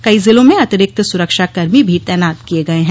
कई जिलों में अतिरिक्त सुरक्षाकर्मी भी तैनात किय गये हैं